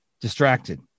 distracted